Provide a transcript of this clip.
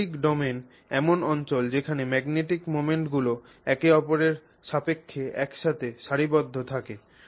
magnetic domain এমন অঞ্চল যেখানে ম্যাগনেটিক মোমেন্টগুলি একে অপরের সাপেক্ষে একযোগে সারিবদ্ধ থাকে